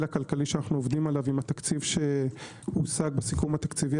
הכלכלי שאנו עובדים עליו עם התקציב שהושג בסיכום התקציבי